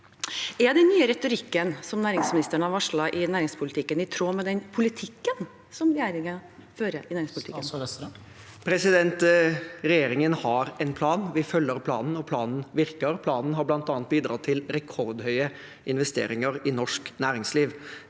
Er den nye retorikken som næringsministeren har varslet i næringspolitikken, i tråd med den politikken som regjeringen fører? Statsråd Jan Christian Vestre Regjerin- gen har en plan. Vi følger planen, og planen virker. Planen har bl.a. bidratt til rekordhøye investeringer i norsk næringsliv.